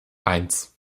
eins